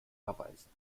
verweisen